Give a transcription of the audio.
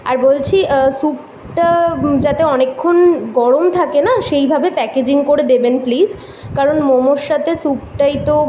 আর বলছি স্যুপটা যাতে অনেক্ষণ গরম থাকে না সেইভাবে প্যাকেজিং করে দেবেন প্লিজ কারণ মোমোর সাথে স্যুপটাই তো